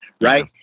right